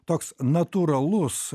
toks natūralus